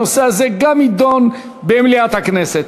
גם הנושא הזה יידון במליאת הכנסת.